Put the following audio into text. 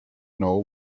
know